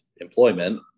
employment